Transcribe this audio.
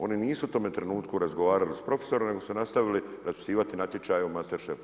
Oni nisu u tome trenutku razgovarali sa profesorom, nego su nastavili raspisivati natječaje o master šefu.